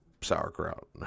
sauerkraut